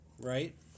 right